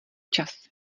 čas